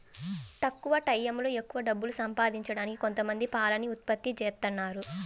తక్కువ టైయ్యంలో ఎక్కవ డబ్బులు సంపాదించడానికి కొంతమంది పాలని ఉత్పత్తి జేత్తన్నారు